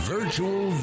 Virtual